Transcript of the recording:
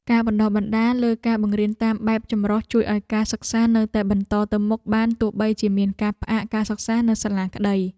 ការបណ្តុះបណ្តាលលើការបង្រៀនតាមបែបចម្រុះជួយឱ្យការសិក្សានៅតែបន្តទៅមុខបានទោះបីជាមានការផ្អាកការសិក្សានៅសាលាក្តី។